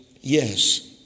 yes